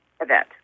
event